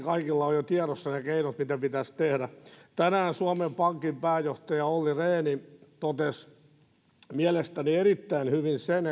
kaikilla on jo moneen kertaan tiedossa ne keinot mitä pitäisi tehdä tänään suomen pankin pääjohtaja olli rehn totesi mielestäni erittäin hyvin sen